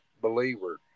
believer